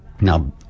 Now